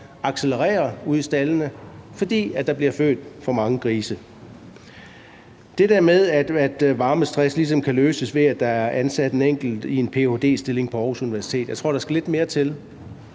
accelererer ude i staldene, fordi der bliver født for mange grise. Med hensyn til det der med, at varmestress ligesom kan løses ved, at der er ansat en enkelt i en ph.d.-stilling på Aarhus Universitet, vil jeg sige, at jeg tror, der skal lidt mere til.